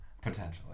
potentially